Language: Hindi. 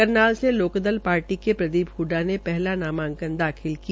करनाल से लोकदल पार्टी के प्रदीप ह्डडा ने पहला नामांकन दाखिल किया